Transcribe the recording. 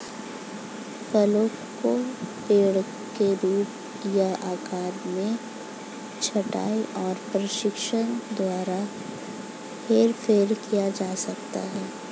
फलों के पेड़ों के रूप या आकार में छंटाई और प्रशिक्षण द्वारा हेरफेर किया जा सकता है